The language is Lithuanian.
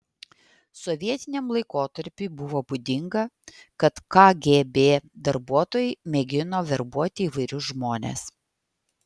sovietiniam laikotarpiui buvo būdinga kad kgb darbuotojai mėgino verbuoti įvairius žmones